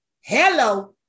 Hello